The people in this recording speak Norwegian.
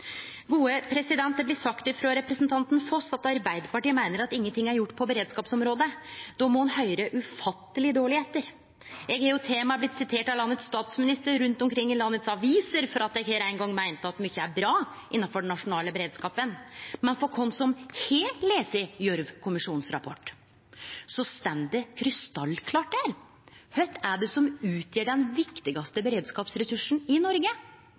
Det blir sagt frå representanten Foss at Arbeidarpartiet meiner at ingen ting er gjort på beredskapsområdet. Då må ein høyre ufatteleg dårleg etter. Eg er jo til og med blitt sitert av landets statsminister rundt omkring i landets aviser fordi eg her ein gong meinte at mykje er bra innanfor den nasjonale beredskapen. Men for oss som har lese Gjørv-kommisjonens rapport, står det krystallklart: Kva er det som utgjer den viktigaste beredskapsressursen i Noreg?